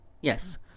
Yes